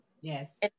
Yes